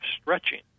stretching